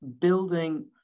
building